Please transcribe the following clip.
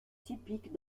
typiques